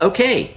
Okay